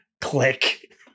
Click